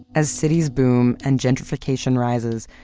as cities boom and gentrification rises,